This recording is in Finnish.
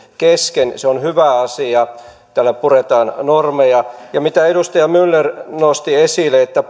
kesken se on hyvä asia tällä puretaan normeja edustaja myller nosti esille että